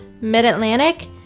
Mid-Atlantic